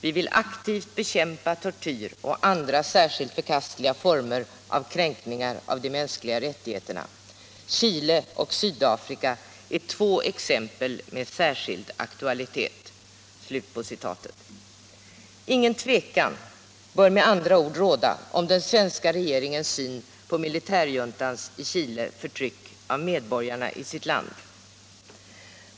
Vi vill aktivt bekämpa tortyr och andra särskilt förkastliga former av kränkningar av de mänskliga rättigheterna. Chile och Sydafrika är två exempel med särskild aktualitet.” Inget tvivel bör med andra ord råda om den svenska regeringens syn på militärjuntans i Chile förtryck av medborgarna i sitt land.